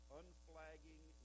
unflagging